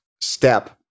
step